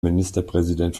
ministerpräsident